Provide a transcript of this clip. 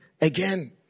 again